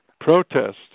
protest